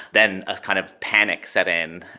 then a kind of panic set in.